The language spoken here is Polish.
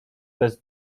bez